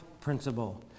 principle